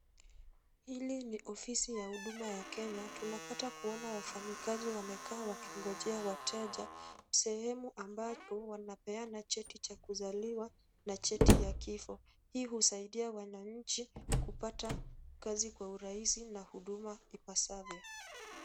Hili ni ofisi ya Huduma ya Kenya, tunapata kuona wafanyikazi wamekaa wakingojea wateja. Sehemu ambapo wanapeana cheti cha kuzaliwa na cheti cha kifo. Hii husaidia wanachi kupata kazi kwa urahisi na huduma ipasavyo.